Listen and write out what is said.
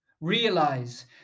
realize